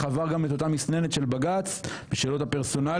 עבר גם את אותה מסננת של בג"צ בשאלות הפרסונליות,